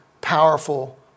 powerful